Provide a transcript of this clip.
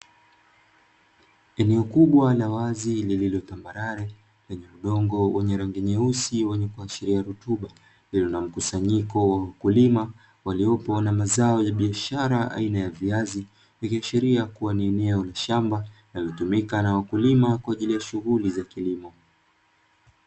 Eneo kubwa la wazi lililo tambarare, lenye udongo wenye rangi nyeusi wenye kuashiria rutuba, lililo na mkusanyiko wa wakulima waliopo na mazao ya biashara aina ya viazi. Ikiashiria kuwa ni eneo la shamba linalotumika na wakulima kwa ajili ya shughuli za kilimo.